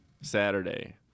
Saturday